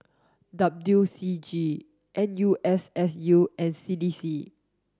W C G N U S S U and C D C